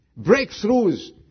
breakthroughs